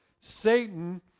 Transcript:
Satan